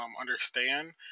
understand